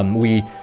um we,